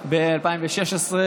אדוני היושב-ראש,